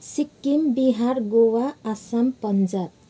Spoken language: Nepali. सिक्किम बिहार गोवा आसाम पन्जाब